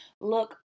look